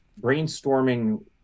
brainstorming